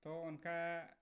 ᱛᱚ ᱚᱱᱠᱟ